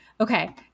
Okay